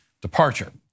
departure